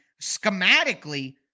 schematically